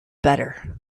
better